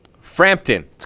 Frampton